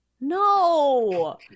No